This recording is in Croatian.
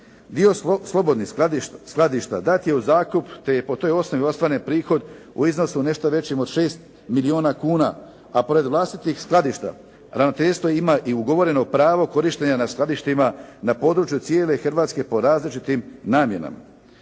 Dio slobodnih skladišta dat je u zakup te je po toj osnovi ostvaren prihod u iznosu nešto većem od 6 milijuna kuna. A pored vlastitih skladišta ravnateljstvo ima i ugovoreno pravo korištenja na skladištima na području cijele Hrvatske po različitim namjenama.